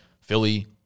philly